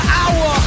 hour